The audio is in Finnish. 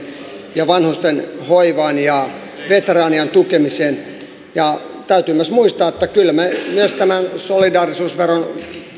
ja vanhusten hoivaan ja veteraanien tukemiseen ja täytyy myös muistaa että kyllä me tämän solidaarisuusveron